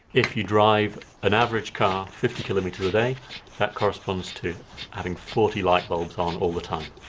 if you drive an average car fifty kilometres a day that corresponds to having forty light bulbs on all the time.